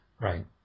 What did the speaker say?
Right